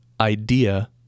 Idea